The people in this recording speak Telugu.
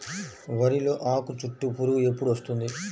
వరిలో ఆకుచుట్టు పురుగు ఎప్పుడు వస్తుంది?